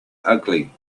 ugly